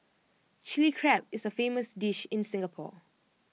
Chilli Crab is A famous dish in Singapore